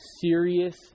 serious